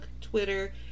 Twitter